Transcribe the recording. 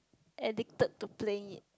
addicted to playing it